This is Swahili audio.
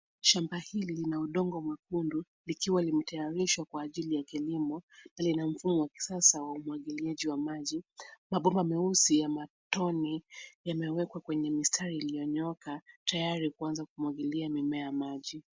Shamba hili lina udongo mwekundu likiwa limetayarishwa kwa ajili ya kilimo. Lina mfumo wa kisasa wa umwagiliaji wa maji. Mabomba meusi ya matone yamewekwa kwenye mistari iliyonyooka tayari kuanza kumwagilia mimea maji.